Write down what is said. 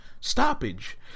stoppage